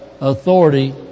authority